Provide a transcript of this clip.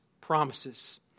promises